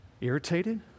irritated